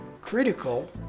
critical